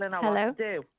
Hello